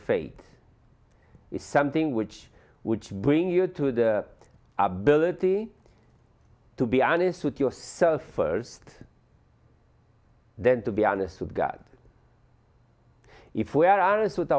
fate it's something which which bring you to the ability to be honest with yourself first then to be honest with god if we aren't with